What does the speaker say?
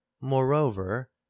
moreover